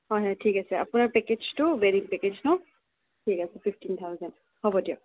হয় হয় ঠিক আছে আপোনাৰ পেকেজটো ৱেডিং পেকেজ ন ঠিক আছে ফিফটিন থাউচেণ্ড হ'ব দিয়ক